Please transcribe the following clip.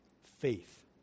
faith